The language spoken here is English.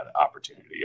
opportunity